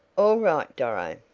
all right, doro.